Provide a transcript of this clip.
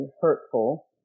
hurtful